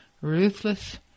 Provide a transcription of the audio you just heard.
ruthless